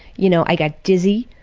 you know, i got dizzy,